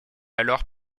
alors